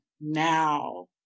now